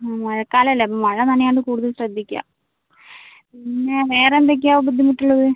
മ് മഴക്കാലം അല്ലേ അപ്പം മഴ നനയാണ്ട് കൂടുതൽ ശ്രദ്ധിക്കുക പിന്നെ വേറെ എന്തൊക്കെയാണ് ബുദ്ധിമുട്ട് ഉള്ളത്